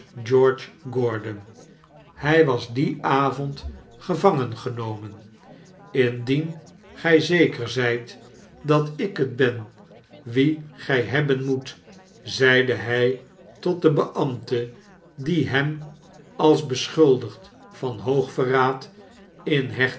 george gordon hij was dien avond gevangengenomen indien gij zeker zijt dat ik het ben wien gij hebben moet zeide hij tot den beambte die hem als beschuldigd van hoog verraad in